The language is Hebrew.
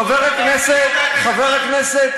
חבר הכנסת,